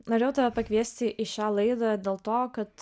norėjau tave pakviesti į šią laidą dėl to kad